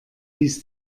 ließ